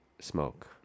smoke